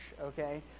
Okay